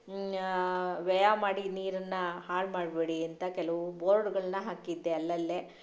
ವ್ಯಯ ಮಾಡಿ ನೀರನ್ನು ಹಾಳು ಮಾಡಬೇಡಿ ಅಂತ ಕೆಲವು ಬೋರ್ಡ್ಗಳನ್ನು ಹಾಕಿದ್ದೆ ಅಲ್ಲಲ್ಲೇ